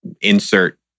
insert